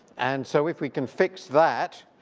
and so if we can fix that,